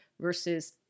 versus